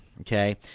Okay